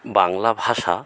বাংলা ভাষা